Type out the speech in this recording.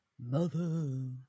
Mother